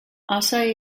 asahi